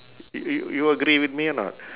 y~ y~ you agree with me or not